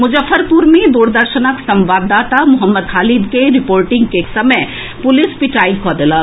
मुजफ्फरपुर मे दूरदर्शनकक संवाददाता मोहम्मद खालिद के रिपोर्टिंग के समय पुलिस पिटाई कऽ देलक